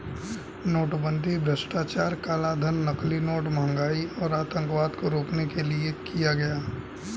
नोटबंदी भ्रष्टाचार, कालाधन, नकली नोट, महंगाई और आतंकवाद को रोकने के लिए किया गया